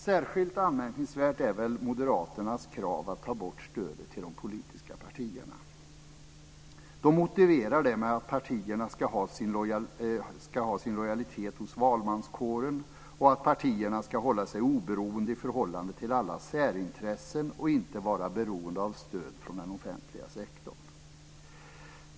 Särskilt anmärkningsvärt är Moderaternas krav att ta bort stödet till de politiska partierna. De motiverar detta med att partierna ska ha sin lojalitet hos valmanskåren, att partierna ska hålla sig oberoende i förhållande till alla särintressen och inte vara beroende av stöd från den offentliga sektorn.